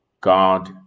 God